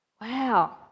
Wow